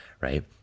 right